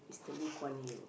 to Lee-Kuan-Yew